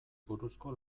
buruzko